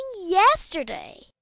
yesterday